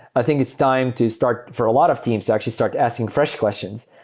i think it's time to start for a lot of teams actually start asking fresh questions.